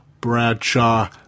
Bradshaw